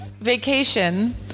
vacation